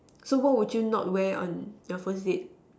so what would you not wear on your first date